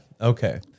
Okay